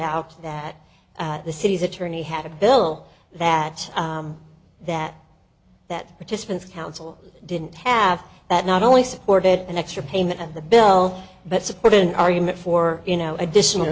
out that the city's attorney had a bill that that that participants counsel didn't have that not only supported an extra payment of the bill but support an argument for you know additional